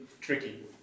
tricky